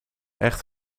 echt